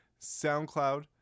SoundCloud